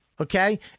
Okay